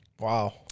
Wow